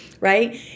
Right